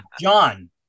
john